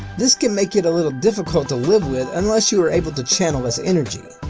this can make it a little difficult to live with unless you are able to channel its energy.